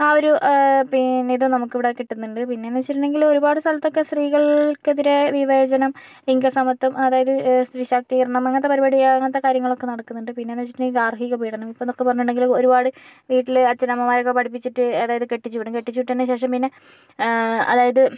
ആ ഒരു പിന്നെ ഇത് നമുക്ക് ഇവിടെ കിട്ടുന്നുണ്ട് പിന്നെയെന്ന് വച്ചിട്ടുണ്ടെങ്കില് ഒരുപാട് സ്ഥലത്തൊക്കെ സ്ത്രീകൾക്കെതിരെ വിവേചനം ലിംഗ സമത്വം അതായത് സ്ത്രീ ശാക്തീകരണം അങ്ങനത്തെ പരുപാടി അങ്ങനത്തെ കാര്യങ്ങളൊക്കെ നടക്കുന്നുണ്ട് പിന്നെയെന്ന് വച്ചിട്ടുണ്ടെങ്കില് ഗാർഹിക പീഡനം ഇപ്പോഴെന്നൊക്കെ പറഞ്ഞിട്ടുണ്ടെങ്കിലു ഒരുപാട് വീട്ടില് അച്ഛനമ്മമാരൊക്കെ പഠിപ്പിച്ചിട്ട് അതായത് കെട്ടിച്ചു വിടും കെട്ടിച്ചു വിട്ടതിന് ശേഷം പിന്നെ അതായത്